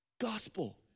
gospel